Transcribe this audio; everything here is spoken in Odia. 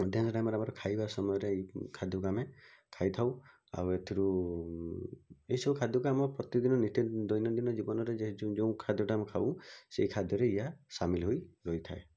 ଅଧିକାଂଶ ଟାଇମ୍ ରେ ଆମର ଖାଇବା ସମୟରେ ଏହି ଖାଦ୍ୟକୁ ଆମେ ଖାଇଥାଉ ଆଉ ଏଇଥିରୁ ଏହିସବୁ ଖାଦ୍ୟକୁ ଆମେ ପ୍ରତିଦିନ ନିତି ଦୈନନ୍ଦିନ ଜୀବନରେ ଯେ ଯୋଉ ଯୋଉ ଖାଦ୍ୟଟା ଆମେ ଖାଉ ସେହି ଖାଦ୍ୟରେ ଏହା ସାମିଲ୍ ହୋଇ ରହିଥାଏ